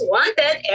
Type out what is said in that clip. Wanted